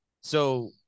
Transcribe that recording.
So-